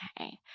okay